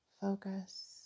focus